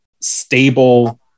stable